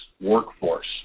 workforce